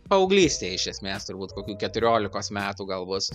paauglystėj iš esmės turbūt kokių keturiolikos metų gal bus